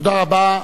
תודה רבה.